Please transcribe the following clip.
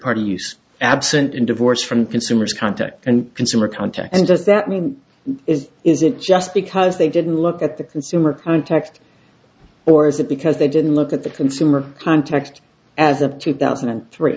parties absent in divorce from consumers contact and consumer contact and does that mean is it just because they didn't look at the consumer context or is it because they didn't look at the consumer context as of two thousand and three